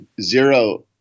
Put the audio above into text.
zero